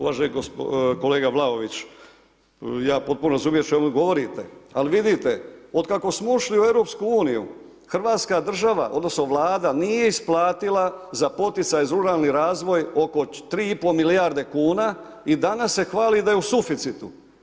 Uvaženi kolega Vlaović, ja potpuno razumijem o čemu govorite ali vidite, otkako smo ušli u EU-u, hrvatska država odnosno Vlada nije isplatila za poticaj za ruralni razvoj oko 3,5 milijarde kuna, i danas se hvali da je u suficitu.